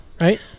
right